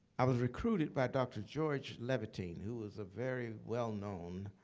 i was recruited by dr. george levitine, who was a very well-known